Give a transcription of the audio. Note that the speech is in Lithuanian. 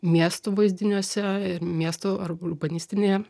miestų vaizdiniuose ir miestų ar urbanistinėje